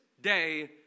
day